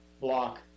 block